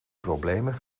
problemen